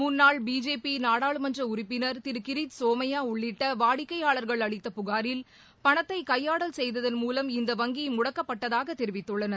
முன்னாள் பிஜேபி நாடாளுமன்ற உறுப்பினர் திரு கிரித் சோமையா உள்ளிட்ட வாடிக்கையாளர்கள் அளித்த புகாரில் பணத்தை கையாடல் செய்ததன் மூலம் இந்த வங்கி முடக்கப்பட்டதாக தெரிவித்துள்ளனர்